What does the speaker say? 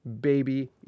Baby